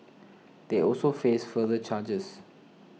they also face further charges